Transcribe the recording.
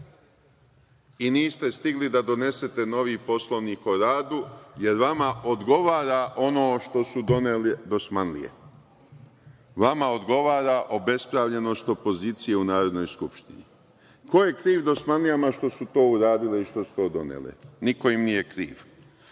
i niste stigli da donesete novi Poslovnik o radu, jer vama odgovara ono što su donele dosmanlije. Vama odgovara obespravljenost opozicije u Narodnoj skupštini. Ko je kriv dosmanlijama što su to uradili i što su to doneli? Niko im nije kriv.